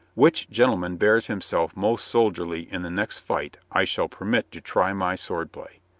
which gentleman bears himself most soldierly in the next fight i shall permit to try my sword play.